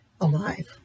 alive